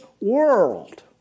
world